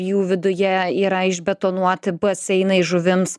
jų viduje yra išbetonuoti baseinai žuvims